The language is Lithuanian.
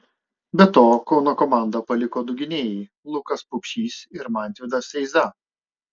be to kauno komandą paliko du gynėjai lukas pupšys ir mantvydas eiza